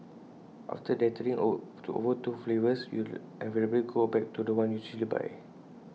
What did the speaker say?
after dithering over the two flavours you invariably go back to The One you usually buy